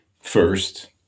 first